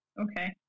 okay